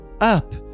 up